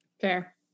Fair